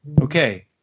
okay